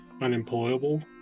unemployable